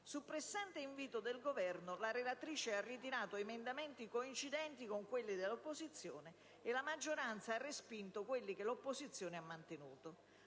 su pressante invito del Governo, la relatrice ha ritirato emendamenti coincidenti con quelli dell'opposizione e la maggioranza ha respinto quelli che l'opposizione ha mantenuto,